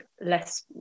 less